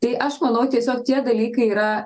tai aš manau tiesiog tie dalykai yra